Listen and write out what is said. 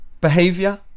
behavior